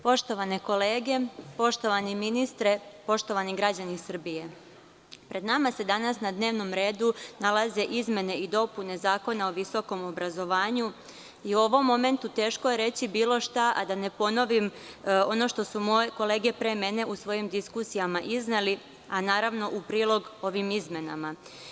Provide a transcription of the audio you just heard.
Poštovane kolege, poštovani ministre, poštovani građani Srbije, pred nama se danas na dnevnom redu nalaze izmene i dopune Zakona o visokom obrazovanju i u ovom momentu teško je reći bilo šta, a da ne ponovim ono što su moje kolege pre mene u svojim diskusijama izneli, a naravno u prilog ovim izmenama.